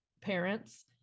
parents